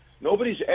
Nobody's